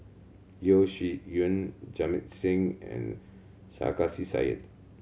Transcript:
Yeo Shih Yun Jamit Singh and Sarkasi Said